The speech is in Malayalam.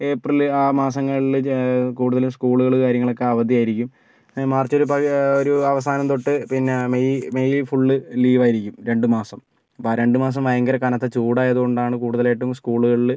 ഏപ്രിൽ ആ മാസങ്ങളിൽ ജ കൂടുതല് സ്കൂളുകൾ കാര്യങ്ങളൊക്കെ അവധിയായിരിക്കും മാർച്ച് ഒരു ഒരു അവസാനം തൊട്ട് പിന്നെ മെയ് മെയില് ഫുള്ള് ലീവ് ആയിരിക്കും രണ്ട് മാസം അപ്പം ആ രണ്ട് മാസം ഭയങ്കര കനത്ത ചൂടായത് കൊണ്ടാണ് കൂടുതലായിട്ടും സ്കുളുകളില്